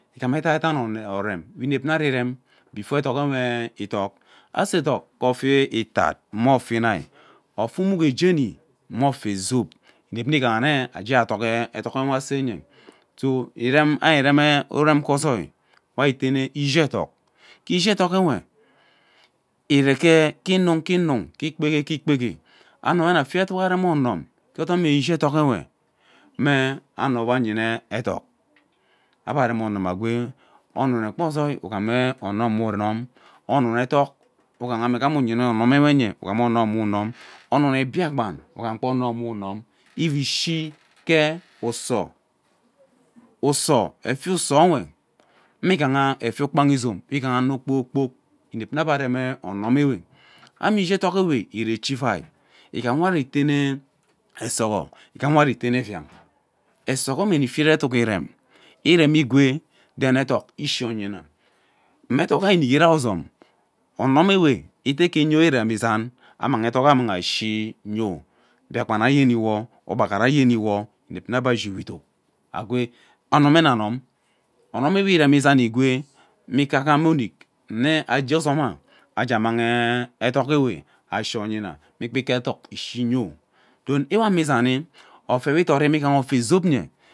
Igham edaiden orem gbe ime ari irem before edak awe idok ase edok gee ofo itat me ofo iuim ofo umuki jeni me ofe zop inep nne age dok edok nwe aseye so irem ari irem urem gee ozoin we ari tene ishi edak ke ishi edok nwe ire ke inug gee inug ke ikpoge ke ikpege ano ewe nnafieto eduk gee onun gee odumee ishi edok nwe mme ano wee ayina edok ebe ari onum agwee onun ekpa ozoi ugham onun we unum onum edok we ighayene me uyina edok awe onun e Biakpen ughen agba onun we unun ivi ke uso, uso efia uso uwe mmigha efia ukpan izom we igha efia ano kpoo kpok inep mm ebe rem owun we mme ishi edok ewe ire echi ivai igham wari eteme asoghor igham wari etene ebiang eso ghor mme mme fiet eduk irem iremi egwe then edok ishi onyina mma edokgha inik rai ozom onum ewe ite gee uyio iremi izan amanghi edok aah annang ashi nyio Biakpan ayeni wo ugbaghara ayeni wo inep nna ebe ashi wo idok egwee ano mme nna anum. Onum ewe iremi izang egwe mme ike agham onik mme eje ozoma egee ammang edok gha mme gba ike ishi onyina mme gha mme gba ike ishi onyina mme gba ike edok ishi yio. don ewame isani ofo we idorime igha ofo zop nye.